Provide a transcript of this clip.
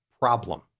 problem